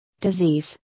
disease